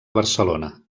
barcelona